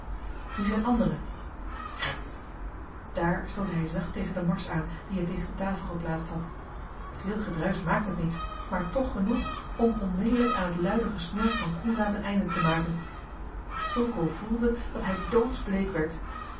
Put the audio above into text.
nu zijn andere krits daar stootte hij zacht tegen de mars aan die hij tegen de tafel geplaatst had veel gedruisch maakte het niet maar toch genoeg om onmiddellijk aan het luide gesnork van coenraad een einde te maken fulco voelde dat hij doodsbleek werd